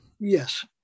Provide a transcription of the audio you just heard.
Yes